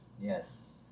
Yes